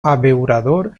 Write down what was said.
abeurador